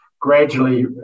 gradually